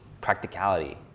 practicality